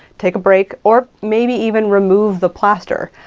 take a break, or maybe even remove the plaster.